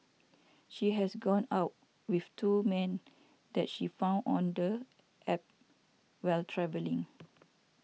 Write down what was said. she has gone out with two men that she found on the App while travelling